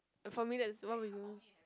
for me that's why we move